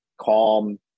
calm